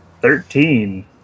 Thirteen